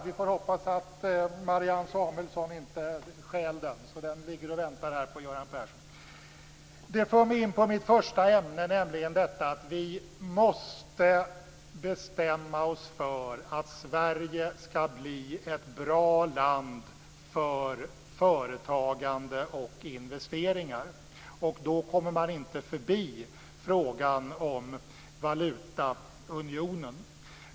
Vi får hoppas att Marianne Samuelsson inte stjäl den, så att den ligger och väntar på Göran Persson. Det för mig alltså in på mitt första ämne, nämligen detta att vi måste bestämma oss för att Sverige skall bli ett bra land för företagande och investeringar. Då kommer man inte förbi frågan om valutaunionen.